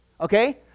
okay